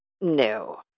No